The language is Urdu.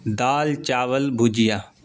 دال چاول بھجیا